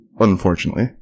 Unfortunately